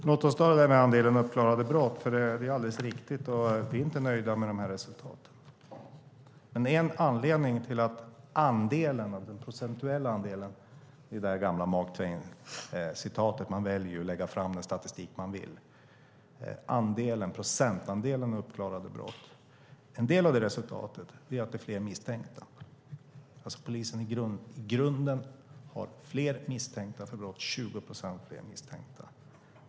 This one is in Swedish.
Herr talman! Det du säger om andelen uppklarade brott är alldeles riktigt, och vi är inte nöjda med resultaten. Men en anledning till resultatet när det gäller den procentuella andelen uppklarade brott - det var lite av det gamla vanliga att man väljer att lägga fram den statistik man vill - är att det är fler misstänkta. Polisen har fler misstänkta för brott, 20 procent fler misstänkta.